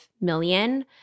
million